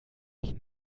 ich